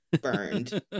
burned